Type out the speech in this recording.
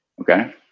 Okay